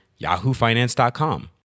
yahoofinance.com